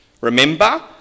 Remember